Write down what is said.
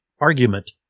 argument